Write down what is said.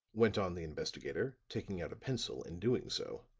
went on the investigator, taking out a pencil and doing so,